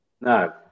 no